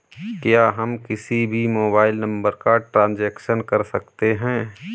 क्या हम किसी भी मोबाइल नंबर का ट्रांजेक्शन कर सकते हैं?